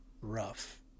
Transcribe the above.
rough